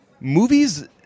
movies